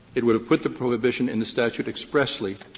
it would have put the prohibition in the statute expressly,